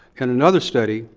in another study,